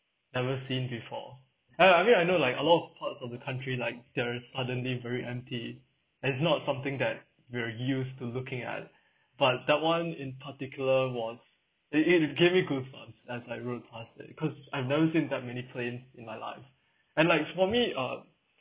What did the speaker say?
ever seen before and I mean I know like a lot of parts of the country like they are suddenly very empty and it's not something that we're used to looking at but that one in particular was it it to give me goosebump that's like real classic cause I've never seen that many plane in my life and like for me uh